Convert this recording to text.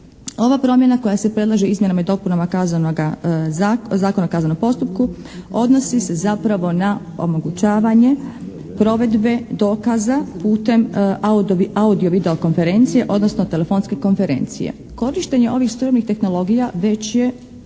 ova promjena koja se predlaže izmjenama i dopunama Zakona o kaznenom postupku odnosi se zapravo na omogućavanje provedbe dokaza putem audio video konferencije odnosno telefonske konferencije. Korištenje ovih suvremenih tehnologija već je